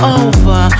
over